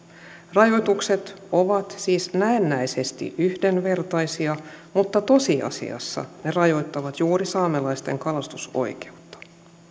rajoitukset ovat siis näennäisesti yhdenvertaisia mutta tosiasiassa ne rajoittavat juuri saamelaisten kalastusoikeutta